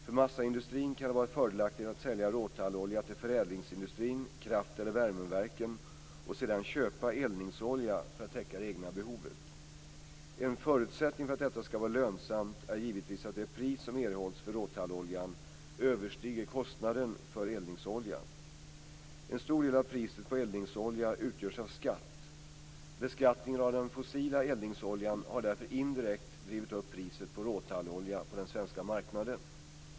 För massaindustrin kan det vara fördelaktigt att sälja råtallolja till förädlingsindustrin, kraft eller värmeverken och sedan köpa eldningsolja för att täcka det egna behovet. En förutsättning för att detta skall vara lönsamt är givetvis att det pris som erhålls för råtalloljan överstiger kostnaden för eldningsolja. En stor del av priset på eldningsolja utgörs av skatt. Beskattningen av den fossila eldningsoljan har därför indirekt drivit upp priset på råtallolja på den svenska marknaden.